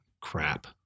crap